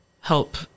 help